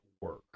work